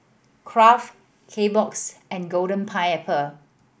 Kraft Kbox and Golden Pineapple